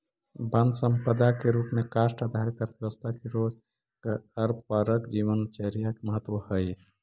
वन सम्पदा के रूप में काष्ठ आधारित अर्थव्यवस्था के रोजगारपरक जीवनचर्या में महत्त्व हइ